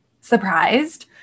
surprised